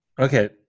Okay